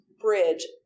bridge